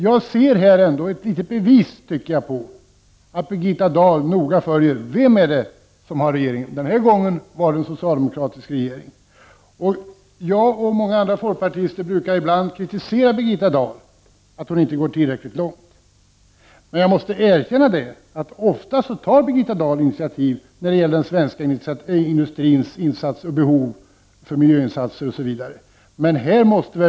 Jag ser här ett litet bevis, tycker jag, på att Birgitta Dahl noga följer vem det är som har regeringsmakten. Den här gången var det en socialdemokratisk regering. Jag och många andra folkpartister brukar ibland kritisera Birgitta Dahl för att hon inte går tillräckligt långt. Men jag måste erkänna att Birgitta Dahl — Prot. 1989/90:43 ofta tar initiativ när det gäller den svenska industrins behov av miljöinsatser 11 december 1989 m.m.